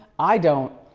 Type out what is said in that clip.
i don't.